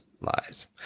lies